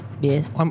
Yes